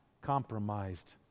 compromised